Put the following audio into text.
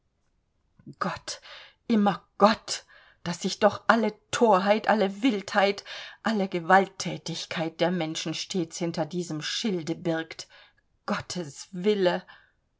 gott immer gott daß sich doch alle thorheit alle wildheit alle gewaltthätigkeit der menschen stets hinter diesem schilde birgt gottes wille